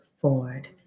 Ford